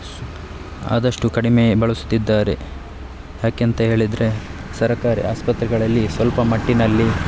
ಸು ಆದಷ್ಟು ಕಡಿಮೇ ಬಳಸುತ್ತಿದ್ದಾರೆ ಯಾಕೆಂತ ಹೇಳಿದರೆ ಸರಕಾರಿ ಆಸ್ಪತ್ರೆಗಳಲ್ಲಿ ಸ್ವಲ್ಪ ಮಟ್ಟಿನಲ್ಲಿ